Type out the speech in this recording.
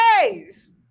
days